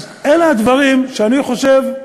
אלה הדברים שאני חושב,